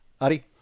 Adi